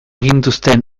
gintuzten